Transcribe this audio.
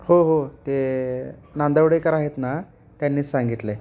हो हो ते नांदवडेकर आहेत ना त्यांनीच सांगितलं आहे